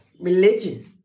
religion